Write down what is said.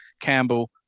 campbell